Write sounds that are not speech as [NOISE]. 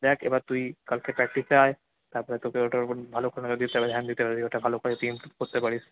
দেখ এবার তুই কালকে প্র্যাকটিসে আয় তারপরে তোকে ওটার ওপর ভালো কোনো যদি [UNINTELLIGIBLE] দিতে পারি ওটা ভালো করে তুই ইমপ্রুভ করতে পারিস